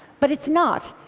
but it's not,